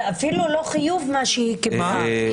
זה אפילו לא חיוב מה שהיא קיבלה.